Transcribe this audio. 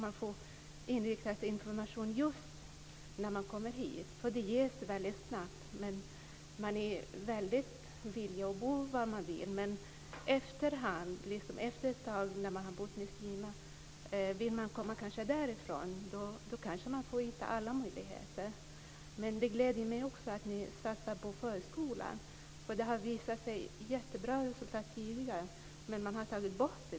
Informationen ges snabbt. Man är villig att bo var som helst. Men efter ett tag kanske man vill komma därifrån. Då kanske man inte får möjligheterna. Det gläder mig att ni satsar på förskolan. Det har tidigare visat sig ge bra resultat. Men nu har denna satsning tagits bort.